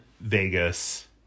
Vegas